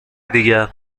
دیگر